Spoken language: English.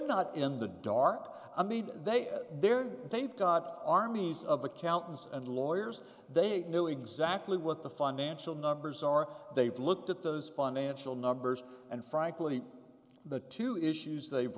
not in the dark i mean they have their they've got armies of accountants and lawyers they know exactly what the financial numbers are they've looked at those financial numbers and frankly the two issues they've